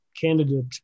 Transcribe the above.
candidate